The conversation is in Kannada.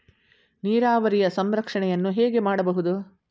ನೀರಾವರಿಯ ಸಂರಕ್ಷಣೆಯನ್ನು ಹೇಗೆ ಮಾಡಬಹುದು?